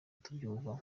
tubyumva